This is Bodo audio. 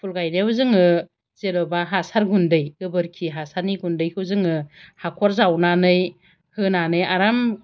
फुल गायनायाव जोङो जेन'बा हासार गुन्दै गोबोरखि हासारनि गुन्दैखौ जोङो हाखर जावनानै होनानै आराम